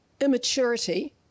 immaturity